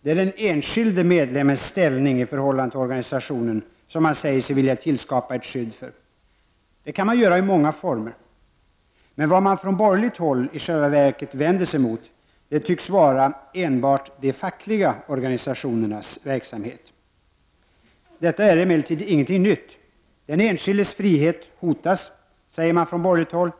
Det är den enskilde medlemmens ställning i förhållande till organisationen som man säger sig vilja tillskapa ett skydd för. Det kan man göra i många former. Men vad man från borgerligt håll i själva verket vänder sig emot tycks vara enbart de fackliga organisationernas verksamhet. Detta är emellertid inget nytt. Den enskildes frihet hotas, säger man från borgerligt håll,